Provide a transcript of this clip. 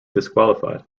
disqualified